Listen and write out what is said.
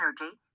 energy